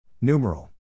Numeral